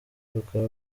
bakaba